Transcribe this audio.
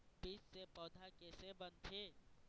बीज से पौधा कैसे बनथे?